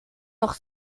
noch